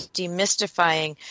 demystifying